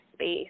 space